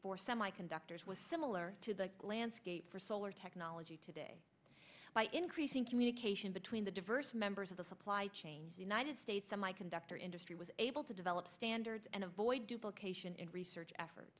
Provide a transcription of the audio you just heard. for semiconductors was similar to the landscape for solar technology today by increasing communication between the diverse members of the supply chain the united states and my conductor industry was able to develop standards and avoid duplication and research effort